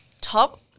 top